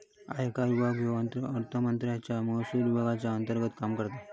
आयकर विभाग ह्यो अर्थमंत्रालयाच्या महसुल विभागाच्या अंतर्गत काम करता